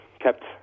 kept